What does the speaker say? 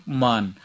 man